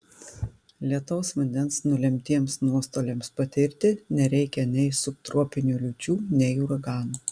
lietaus vandens nulemtiems nuostoliams patirti nereikia nei subtropinių liūčių nei uraganų